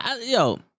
Yo